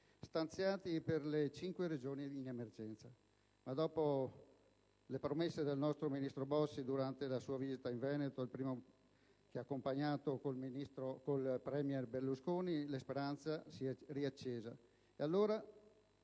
stanziati per le cinque Regioni in emergenza. Ma dopo le promesse del nostro ministro Bossi durante la sua visita in Veneto, quando ha accompagnato il *premier* Berlusconi, la speranza si è riaccesa e, alla